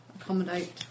accommodate